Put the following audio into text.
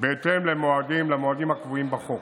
בהתאם למועדים הקבועים בחוק.